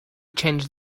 change